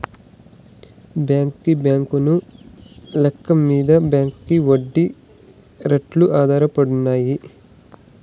బాంకీ బాలెన్స్ లెక్క మింద బాంకీ ఒడ్డీ రేట్లు ఆధారపడినాయి